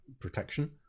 protection